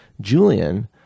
Julian